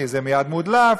זה מייד מודלף,